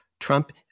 Trump